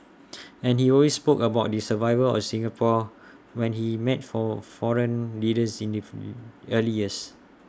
and he always spoke about the survival of Singapore when he met foreign leaders in the early years